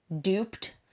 duped